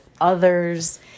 others